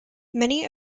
many